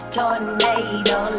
Tornado